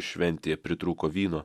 šventėje pritrūko vyno